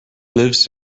lives